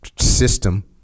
system